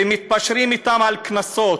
מתפשרים אתם על קנסות.